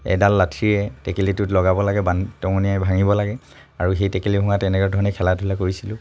এডাল লাঠিৰে টেকেলিটোত লগাব লাগে টঙনিয়াই ভাঙিব লাগে আৰু সেই টেকেলি ভঙা তেনেধৰণে খেলা ধূলা কৰিছিলোঁ